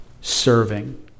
serving